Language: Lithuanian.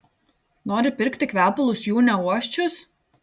nori pirkti kvepalus jų neuosčius